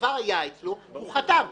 הדוור היה אצלו והוא חתם.